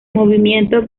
movimiento